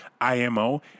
IMO